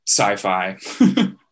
sci-fi